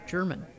German